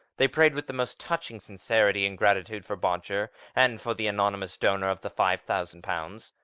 they prayed with the most touching sincerity and gratitude for bodger, and for the anonymous donor of the five thousand pounds.